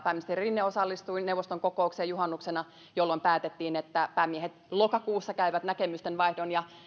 pääministeri rinne osallistui neuvoston kokoukseen juhannuksena jolloin päätettiin että päämiehet lokakuussa käyvät näkemysten vaihdon ja